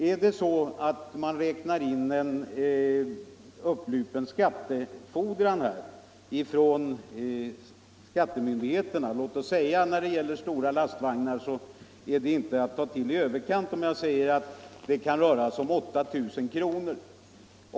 Men man kan kanske också i beloppet räkna in en upplupen skattefordran från skattemyndigheterna. När det gäller stora lastvagnar är det inte att ta till i överkant om jag säger, att det kan röra sig om 8000 kronor.